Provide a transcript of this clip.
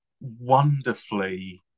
wonderfully